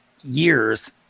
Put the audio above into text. years